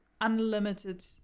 unlimited